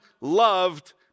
loved